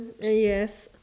yes